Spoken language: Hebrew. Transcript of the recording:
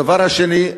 הדבר השני,